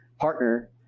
partner